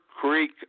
Creek